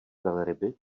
velryby